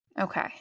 Okay